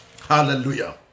Hallelujah